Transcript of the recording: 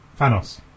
Thanos